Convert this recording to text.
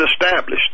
established